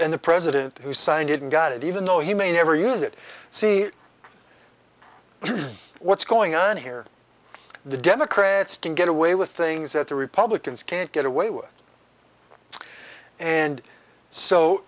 and the president who signed it and got it even though he may never use it see what's going on here the democrats can get away with things that the republicans can't get away with and so